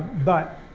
but